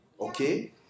Okay